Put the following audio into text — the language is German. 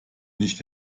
nicht